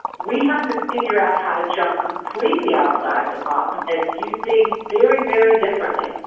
we have to figure out how to jump completely outside the box and view things very, very differently.